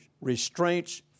restraints